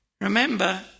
Remember